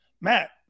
Matt